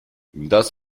das